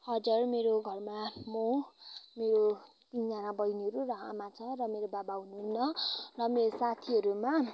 हजुर मेरो घरमा म मेरो तिनजना बहिनीहरू र आमा छ र मेरो बाबा हुनुहुन्न र मेरो साथीहरूमा